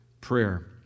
prayer